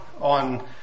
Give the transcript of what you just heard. on